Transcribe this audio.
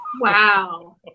Wow